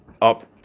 up